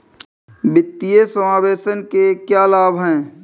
वित्तीय समावेशन के क्या लाभ हैं?